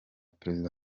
perezida